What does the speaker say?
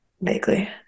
vaguely